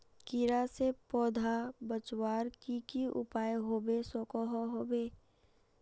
कीड़ा से पौधा बचवार की की उपाय होबे सकोहो होबे?